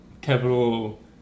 Capital